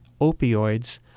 opioids